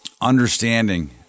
understanding